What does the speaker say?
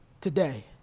today